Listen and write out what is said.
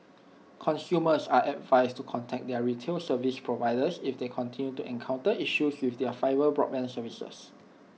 consumers are advised to contact their retail service providers if they continue to encounter issues with their fibre broadband services